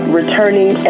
returning